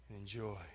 enjoy